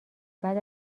بعد